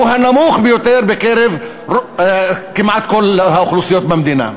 הנמוך ביותר בקרב כמעט כל האוכלוסיות במדינה.